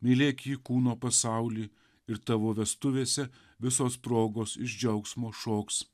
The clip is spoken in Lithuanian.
mylėk jį kūno pasauly ir tavo vestuvėse visos progos iš džiaugsmo šoks